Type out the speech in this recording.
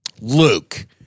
Luke